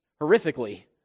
horrifically